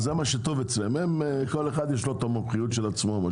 זה מה שטוב אצלם, וכל אחד יש לו המומחיות של עצמו.